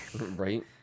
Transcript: Right